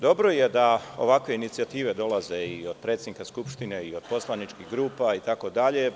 Dobro je da ovakve inicijative dolaze i od predsednika Skupštine i od poslaničkih grupa itd.